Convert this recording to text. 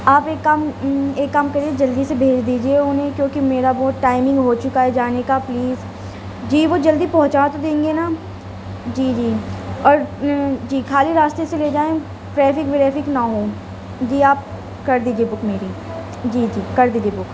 آپ ایک کام ایک کام کریئے جلدی سے بھیج دیجیے انہیں کیونکہ میرا بہت ٹائمنگ ہو چکا ہے جانے کا پلیز جی وہ جلدی پہنچا تو دیں گے نہ جی جی اور جی کھالی راستے سے لے جائیں ٹریفک وریفک نہ ہوں جی آپ کر دیجیے بک میری جی جی کر دیجیے بک